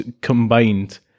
combined